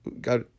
got